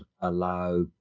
allow